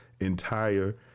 entire